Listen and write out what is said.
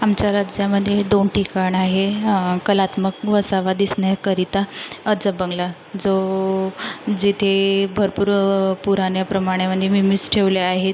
आमच्या राज्यामध्ये दोन ठिकाणं आहे कलात्मक वसावा दिसण्याकरीता अजब बंगला जो जिथे भरपूर पुरान्याप्रमाणे मिमीज ठेवले आहेत